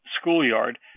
schoolyard